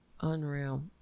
Unreal